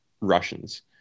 Russians